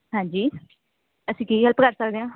ਹਾਂਜੀ ਅਸੀਂ ਕੀ ਹੈਲਪ ਕਰ ਸਕਦੇ ਹਾਂ